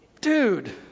Dude